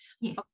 yes